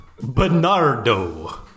Bernardo